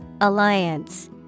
Alliance